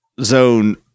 zone